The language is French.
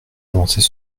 avancées